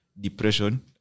depression